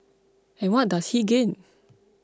and what does he gain